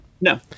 no